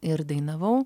ir dainavau